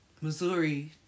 Missouri